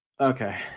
Okay